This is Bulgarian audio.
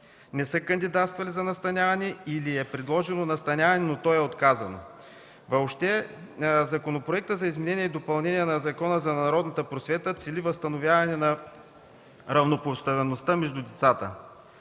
не са кандидатствали за настаняване или е предложено настаняване, но то е отказано. Законопроектът за изменение и допълнение на Закона за народната просвета цели възстановяване на равнопоставеността между децата,